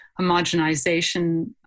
homogenization